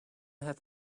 have